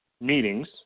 meetings